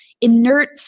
inert